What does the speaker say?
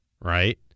right